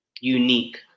unique